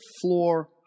floor